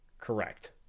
Correct